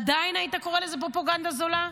עדיין היית קורא לזה פרופגנדה זולה?